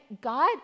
God